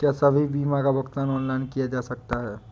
क्या सभी बीमा का भुगतान ऑनलाइन किया जा सकता है?